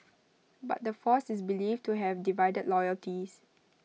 but the force is believed to have divided loyalties